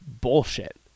bullshit